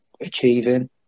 achieving